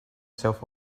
himself